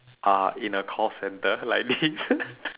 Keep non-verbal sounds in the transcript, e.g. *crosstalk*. uh in a call centre like this *laughs*